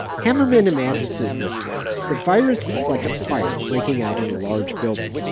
hamerman imagines it this way. the virus is like a fire breaking out in a large building.